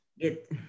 get